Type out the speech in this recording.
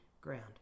ground